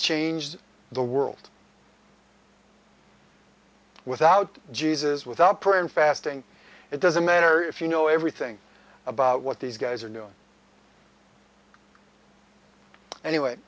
change the world without jesus without prayer and fasting it doesn't matter if you know everything about what these guys are do anyway